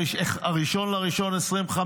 ב-1 בינואר 2025: